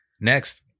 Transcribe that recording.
Next